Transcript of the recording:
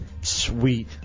Sweet